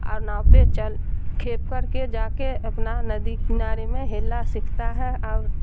اور ناؤ پہ چل کھیپ کر کے جا کے اپنا ندی کنارے میں ہیلہ سیکھتا ہے اور